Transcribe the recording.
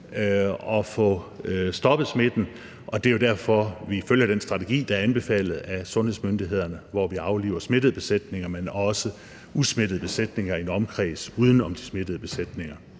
at få stoppet smitten. Det er jo derfor, vi følger den strategi, der er anbefalet af sundhedsmyndighederne, hvor vi afliver smittede besætninger, men også usmittede besætninger i en omkreds uden om de smittede besætninger.